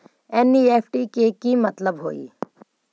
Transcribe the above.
NEFT के कि मतलब होइ?